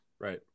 Right